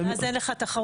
אבל אז אין לך תחרות.